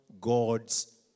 God's